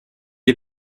est